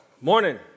Morning